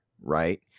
right